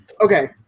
Okay